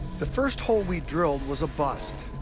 the first hole we drilled was a bust,